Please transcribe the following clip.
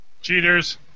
Cheaters